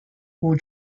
who